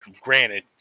granted